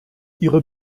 ihre